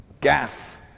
Gaff